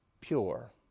pure